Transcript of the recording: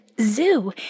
zoo—